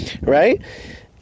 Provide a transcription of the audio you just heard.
Right